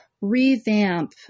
revamp